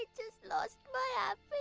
just lost my ah